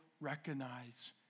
recognize